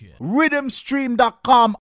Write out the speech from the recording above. Rhythmstream.com